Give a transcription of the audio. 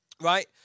Right